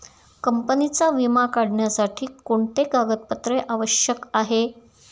कंपनीचा विमा काढण्यासाठी कोणते कागदपत्रे आवश्यक आहे?